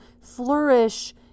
flourish